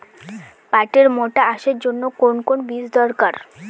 পাটের মোটা আঁশের জন্য কোন বীজ দরকার?